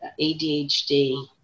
ADHD